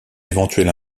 éventuelle